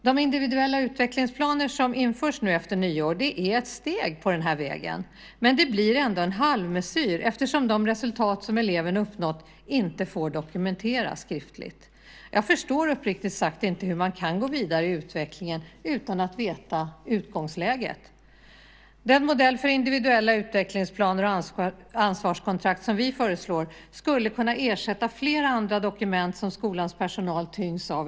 De individuella utvecklingsplaner som införs efter nyår är ett steg på den vägen, men det blir ändå en halvmesyr eftersom de resultat som eleven uppnått inte får dokumenteras skriftligt. Jag förstår uppriktigt sagt inte hur man kan gå vidare i utvecklingen utan att veta utgångsläget. Den modell för individuella utvecklingsplaner och ansvarskontrakt som vi föreslår skulle kunna ersätta flera andra dokument som skolans personal i dag tyngs av.